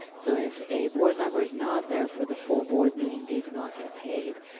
so if a board member is not there for the full board meeting, they do not get paid.